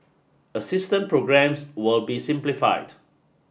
assistance programmes will be simplified